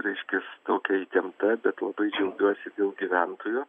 reiškias tokia įtempta bet labai džiaugiuosi dėl gyventojų